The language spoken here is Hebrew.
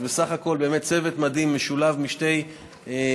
אז בסך הכול באמת צוות מדהים, משולב משתי ועדות.